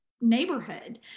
neighborhood